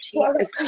Jesus